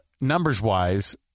Numbers-wise